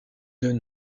deux